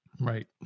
Right